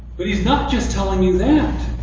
but he's not just telling you that.